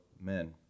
men